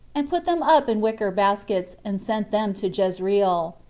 and put them up in wicker baskets, and sent them to jezreel.